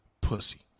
pussy